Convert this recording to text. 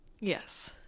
Yes